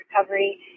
recovery